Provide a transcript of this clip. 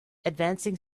advancing